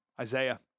Isaiah